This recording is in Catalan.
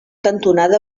cantonada